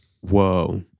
whoa